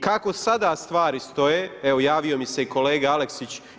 Kako sada stvari stoje, evo javio mi se i kolega Aleksić.